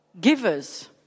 givers